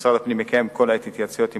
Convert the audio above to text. שמשרד הפנים מקיים כל העת התייעצויות עם